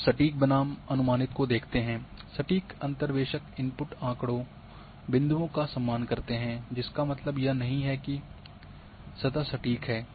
अब सटीक बनाम अनुमानित को देखते हैं सटीक अंतर्वेशक इनपुट आँकड़ों बिंदुओं का सम्मान करते हैं जिसका मतलब यह नहीं है कि सतह सटीक है